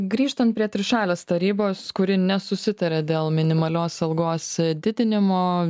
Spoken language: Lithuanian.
grįžtant prie trišalės tarybos kuri nesusitaria dėl minimalios algos didinimo